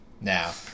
now